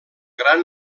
gran